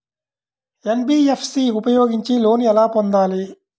NBFC ఉపయోగించి loan ఎలా పొందాలి?